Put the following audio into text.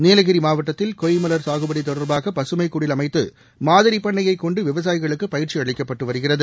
நீலகிரி மாவட்டத்தில் கொய்மலர் சாகுபடி தொடர்பாக பசுமை குடில் அமைத்து மாதிரி பன்ணையை கொண்டு விவசாயிகளுக்கு பயிற்சி அளிக்கப்பட்டு வருகிறது